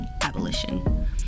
abolition